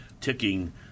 ticking